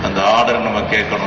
அந்த ஆர்டரை நம்ம கேட்கணம்